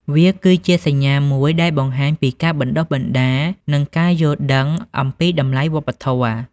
វាគឺជាសញ្ញាមួយដែលបង្ហាញពីការបណ្តុះបណ្តាល និងការយល់ដឹងអំពីតម្លៃវប្បធម៌។